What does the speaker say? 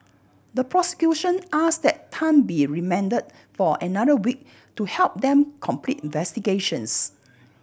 the prosecution asked that Tan be remanded for another week to help them complete investigations